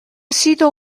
sido